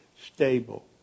stable